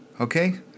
okay